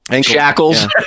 Shackles